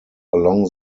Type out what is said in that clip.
along